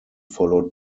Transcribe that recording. followed